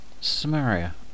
Samaria